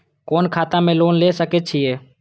कोन खाता में लोन ले सके छिये?